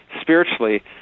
spiritually